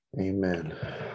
amen